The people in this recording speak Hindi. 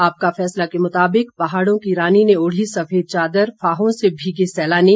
आपका फैसला के मुताबिक पहाड़ों की रानी ने ओढ़ी सफेद चादर फाहों से भीगे सैलानी